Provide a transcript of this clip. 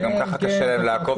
וגם ככה קשה להם לעקוב.